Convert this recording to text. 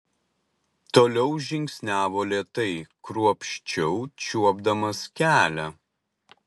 toliau žingsniavo lėtai kruopščiau čiuopdamas kelią